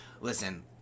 listen